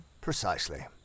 Precisely